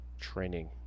training